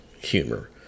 humor